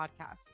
podcast